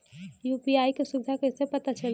UPI क सुविधा कैसे पता चली?